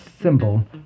symbol